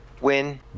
Win